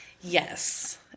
Yes